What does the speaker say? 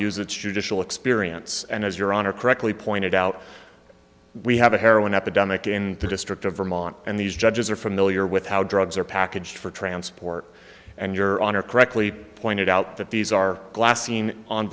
its judicial experience and as your honor correctly pointed out we have a heroin epidemic in the district of vermont and these judges are familiar with how drugs are packaged for transport and your honor correctly pointed out that these are glassine on